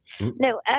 No